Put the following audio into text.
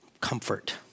comfort